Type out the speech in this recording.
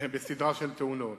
בסדרה של תאונות.